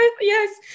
yes